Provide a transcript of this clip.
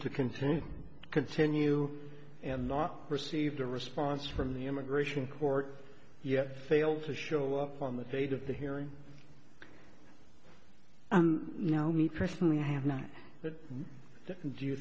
to continue continue and not received a response from the immigration court yet fail to show up on the date of the hearing you know me personally i have none but do you